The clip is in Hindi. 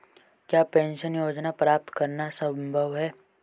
क्या पेंशन योजना प्राप्त करना संभव है?